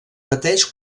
pateix